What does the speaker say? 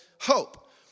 hope